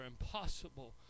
impossible